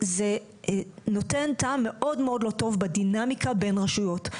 זה נותן טעם מאוד מאוד לא טוב בדינמיקה בין רשויות.